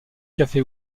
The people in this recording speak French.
café